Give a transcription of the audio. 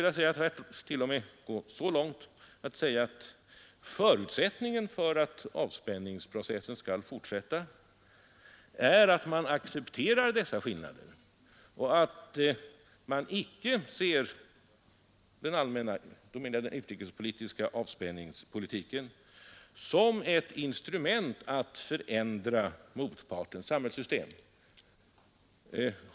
Jag skulle t.o.m. vilja säga att förutsättningen för att avspänningsprocessen skall fortsätta är att man accepterar dessa skiljaktigheter och icke ser den allmänna utrikespolitiska avspänningspolitiken som ett instrument att förändra motpartens samhällssystem.